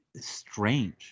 strange